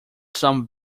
some